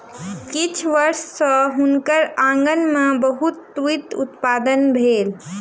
किछ वर्ष सॅ हुनकर आँगन में बहुत तूईत उत्पादन भेल